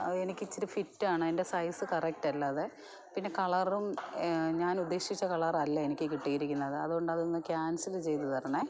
അത് എനിക്ക് ഇച്ചിരി ഫിറ്റാണ് എന്റെ സൈസ്സ് കറക്റ്റ് അല്ല അത് പിന്നെ കളറും ഞാൻ ഉദ്ദേശിച്ച കളറല്ല എനിക്ക് കിട്ടിയിരിക്കുനത് അതുകൊണ്ട് അതൊന്ന് ക്യാൻസല് ചെയ്തു തരണം